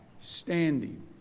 standing